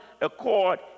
accord